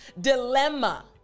dilemma